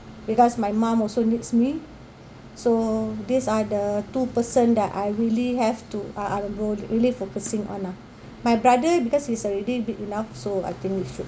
because my mum also needs me so these are the two person that I really have to uh I will really focusing on lah my brother because he's already big enough so I think it should